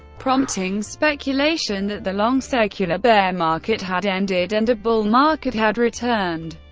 prompting speculation that the long secular bear market had ended and a bull market had returned.